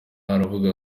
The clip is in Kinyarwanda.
aravuga